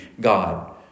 God